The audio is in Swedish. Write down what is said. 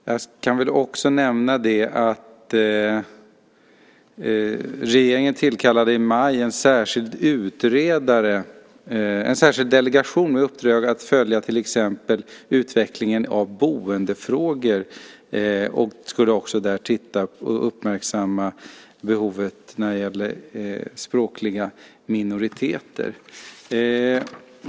Jag kan också nämna att regeringen tillkallade i maj en särskild delegation med uppdrag att följa till exempel utvecklingen av boendefrågor och också titta på behovet när det gäller språkliga minoriteter.